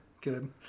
good